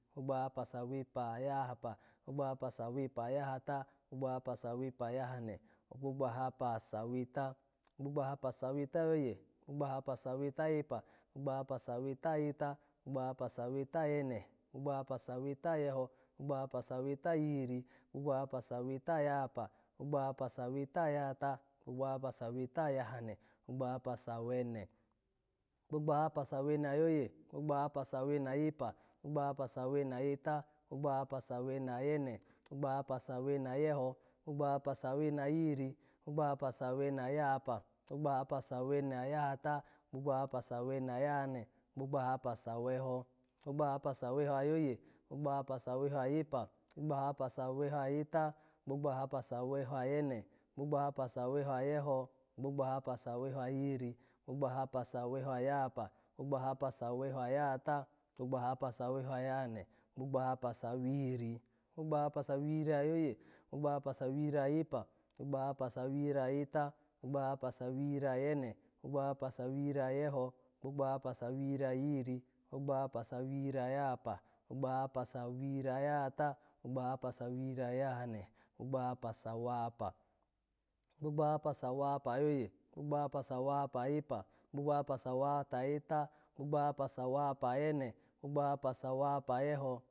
Gbogbo ahapa sawepa ayahapa, gbogbo ahapa sawepa ayahata, gbogbo ahapa sawepa ayahane, gbogbo ahapa saweta, gbogbo ahapa saweta ayoye, gbogbo ahapa saweta ayepa, gbogbo ahapa saweta ayeta, gbogbo ahapa saweta ayene, gbogbo ahapa saweta ayeho, gbogbo ahapa saweta ayihiri, gbogbo ahapa saweta ayahapa, gbogbo ahapa saweta ayahata, gbogbo ahapa saweta ayahane, gbogbo ahapa sawene, gbogbo ahapa sawene ayoye, gbogbo ahapa sawene ayepa, gbogbo ahapa sawene ayeta, gbogbo ahapa sawene ayene, gbogbo ahapa sawene ayeho, gbogbo ahapa sawene ayihiri, gbogbo ahapa sawene ayahapa, gbogbo ahapa sawene ayahata, gbogbo ahapa sawene ayahane, gbogbo ahapa saweho, gbogbo ahapa saweho ayoye, gbogbo ahapa saweho ayepa, gbogbo ahapa saweho ayeta, gbogbo ahapa saweho ayene, gbogbo ahapa saweho ayeho, gbogbo ahapa saweho ayihiri, gbogbo ahapa saweho ayahapa, gbogbo ahapa saweho ayahata, gbogbo ahapa saweho ayahane, gbogbo ahapa sawihiri, gbogbo ahapa sawihiri ayoye, gbogbo ahapa sawihiri ayepa, gbogbo ahapa sawihiri ayeta, gbogbo ahapa sawihiri ayene, gbogbo ahapa sawihiri ayeho, gbogbo ahapa sawihiri ayihiri, gbogbo ahapa sawihiri ayahapa, gbogbo ahapa sawihiri ayahata, gbogbo ahapa sawihiri ayahane, gbogbo ahapa sawahapa, gbogbo ahapa sawahapa ayoye, gbogbo ahapa sawahapa ayepa, gbogbo ahapa sawahapa ayeta, gbogbo ahapa sawahapa ayene, gbogbo ahapa sawahapa ayeho